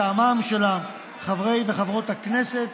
מטעמם של חברי וחברות הכנסת